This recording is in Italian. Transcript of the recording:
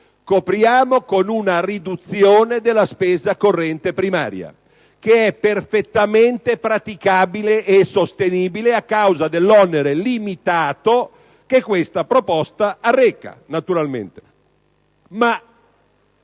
copriamo con una riduzione della spesa corrente primaria, che è perfettamente praticabile e sostenibile a causa dell'onere limitato che questa proposta arreca. Potreste